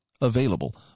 available